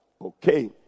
Okay